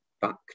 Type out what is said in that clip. back